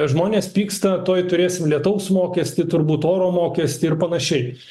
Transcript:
žmonės pyksta tuoj turėsim lietaus mokestį turbūt oro mokestį ir panašiai